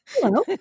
Hello